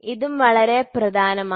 ഇതും വളരെ പ്രധാനമാണ്